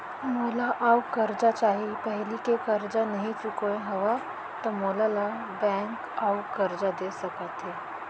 मोला अऊ करजा चाही पहिली के करजा नई चुकोय हव त मोल ला बैंक अऊ करजा दे सकता हे?